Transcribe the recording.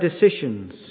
decisions